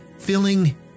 Filling